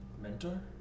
Mentor